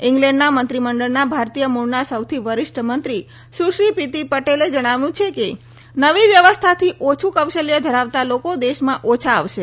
ઇંગ્લેન્ડના મંત્રીમંડળના ભારતીય મૂળના સૌથી વરિષ્ઠ મંત્રી સુશ્રી પ્રીતી પટેલે જણાવ્યું હતું કે નવી વ્યવસ્થાથી ઓછું કૌશલ્ય ધરાવતાં લોકો દેશમાં ઓછા આવશે